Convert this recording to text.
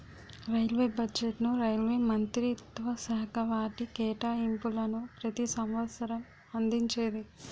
railway బడ్జెట్ను railway మంత్రిత్వశాఖ వాటి కేటాయింపులను ప్రతి సంవసరం అందించేది